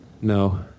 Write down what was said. No